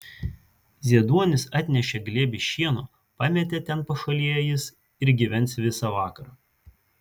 zieduonis atnešė glėbį šieno pametė ten pašalėje jis ir gyvens visą vakarą